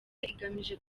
igamije